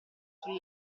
sul